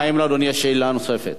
האם יש לאדוני יש שאלה נוספת?